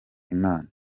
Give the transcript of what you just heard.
imana